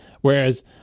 whereas